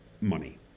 money